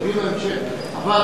נדון בהמשך.